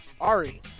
Ari